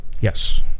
Yes